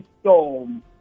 storm